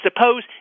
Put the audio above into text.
suppose